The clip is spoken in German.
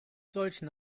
solchen